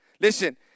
Listen